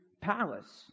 palace